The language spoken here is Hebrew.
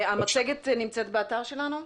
המצגת נמצאת באתר שלנו.